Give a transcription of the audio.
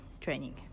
training